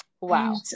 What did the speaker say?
Wow